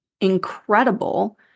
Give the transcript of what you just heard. incredible –